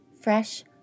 Fresh